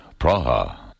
Praha